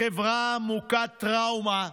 בחברה מוכת טראומה,